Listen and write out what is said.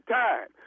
time